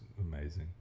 amazing